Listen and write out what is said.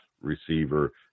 receiver